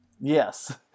Yes